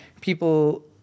people